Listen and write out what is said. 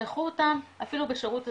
תשלחו אותם, אפילו בשירות אזרחי,